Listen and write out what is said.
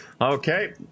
okay